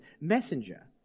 messenger